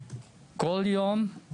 כל יום,